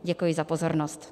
Děkuji za pozornost.